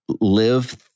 live